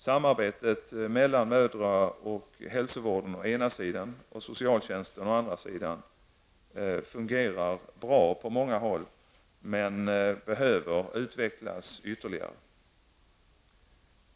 Samarbetet mellan mödra och barnhälsovården å ena sidan och socialtjänsten å andra sidan fungerar bra på många håll, men behöver utvecklas ytterligare.